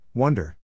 Wonder